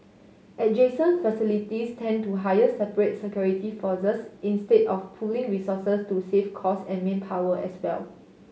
adjacent facilities tend to hire separate security forces instead of pooling resources to save cost and manpower as well